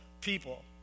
people